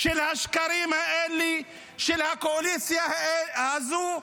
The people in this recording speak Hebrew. של השקרים האלה, של הקואליציה הזו,